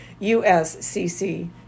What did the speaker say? USCC